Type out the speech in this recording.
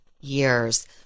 years